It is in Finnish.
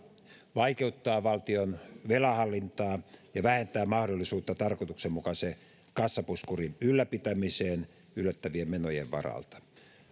vaikeuttaa valtion velanhallintaa ja vähentää mahdollisuutta tarkoituksenmukaisen kassapuskurin ylläpitämiseen yllättävien menojen varalta